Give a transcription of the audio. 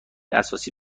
اساسی